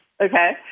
okay